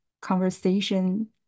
conversation